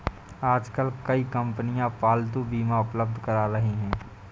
आजकल कई कंपनियां पालतू बीमा उपलब्ध करा रही है